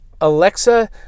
Alexa